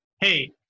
Hey